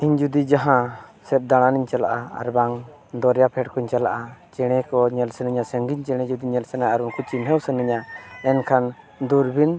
ᱤᱧ ᱡᱩᱫᱤ ᱡᱟᱦᱟᱸ ᱥᱮᱫ ᱫᱟᱬᱟᱱ ᱤᱧ ᱪᱟᱞᱟᱜᱼᱟ ᱟᱨ ᱵᱟᱝ ᱫᱚᱨᱭᱟ ᱯᱷᱮᱰ ᱠᱚᱧ ᱪᱟᱞᱟᱜᱼᱟ ᱪᱮᱬᱮ ᱠᱚ ᱧᱮᱞ ᱥᱟᱱᱟᱧᱟ ᱥᱟᱺᱜᱤᱧ ᱪᱮᱬᱮ ᱡᱩᱫᱤ ᱧᱮᱞ ᱥᱟᱱᱟᱧᱟ ᱟᱨ ᱩᱱᱠᱩ ᱪᱤᱱᱦᱟᱹᱣ ᱥᱟᱱᱟᱧᱟ ᱮᱱᱠᱷᱟᱱ ᱫᱩᱨᱵᱤᱱ